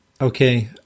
Okay